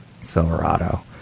Silverado